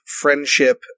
friendship